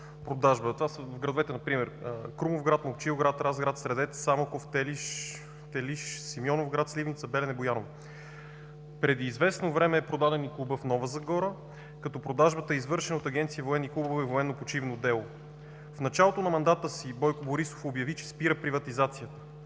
Преди известно време е продаден и клубът в Нова Загора, като продажбата е извършена от Изпълнителна агенция „Военни клубове и военно-почивно дело“. В началото на мандата си Бойко Борисов обяви, че спира приватизацията.